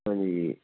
ਹਾਂਜੀ